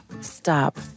stop